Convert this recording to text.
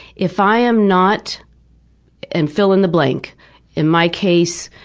if i am not and fill in the blank in my case,